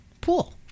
pool